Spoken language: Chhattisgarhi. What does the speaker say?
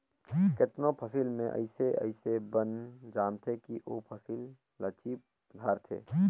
केतनो फसिल में अइसे अइसे बन जामथें कि ओ फसिल ल चीप धारथे